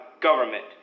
government